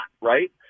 right